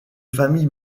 famille